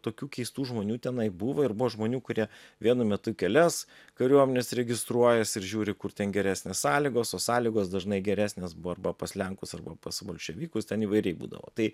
tokių keistų žmonių tenai buvo ir buvo žmonių kurie vienu metu į kelias kariuomenes registruojasi ir žiūri kur ten geresnės sąlygos o sąlygos dažnai geresnės buvo arba pas lenkus arba pas bolševikus ten įvairiai būdavo tai